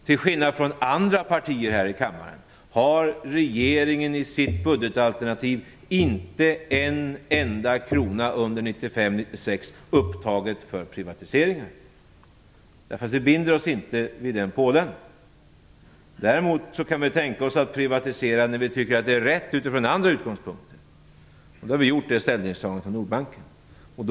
Till skillnad från andra partier här i kammaren har regeringen i sitt budgetalternativ inte en enda krona upptagen för privatiseringar under 1995/96. Vi binder oss inte vid den pålen. Däremot kan vi tänka oss att privatisera när vi tycker att det är rätt utifrån andra utgångspunkter. Vi har gjort det ställningstagandet vad gäller Nordbanken.